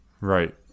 Right